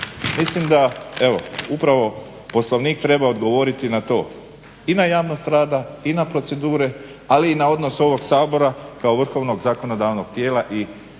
Mislim da evo upravo Poslovnik treba odgovoriti na to i na javnost rada i na procedure, ali i na odnos ovog Sabora kao vrhovnog zakonodavnog tijela i onog